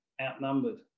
outnumbered